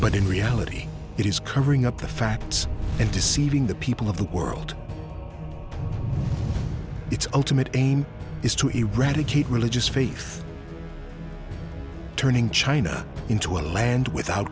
but in reality it is careening up the facts and deceiving the people of the world its ultimate aim is to eradicate religious faith turning china into a land without